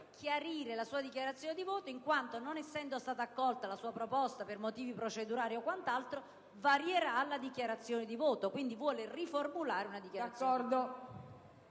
d'accordo